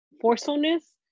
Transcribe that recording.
forcefulness